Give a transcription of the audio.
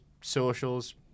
socials